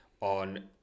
on